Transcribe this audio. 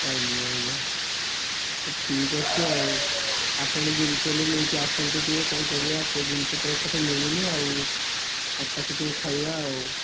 ଆଜ୍ଞା ଆଜ୍ଞା ଠିକ୍ ଅଛି ଆଉ ଆପଣ ଯେମିତି ହେଲେ ନେଇକି ଆସନ୍ତୁ ଟିକେ କ'ଣ କରିବା ସେ ଜିନିଷ ତ ଏପଟେ ମିଳୁନି ଆଉ ତା'କୁ ଟିକେ ଖାଇବା ଆଉ